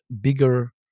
bigger